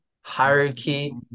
hierarchy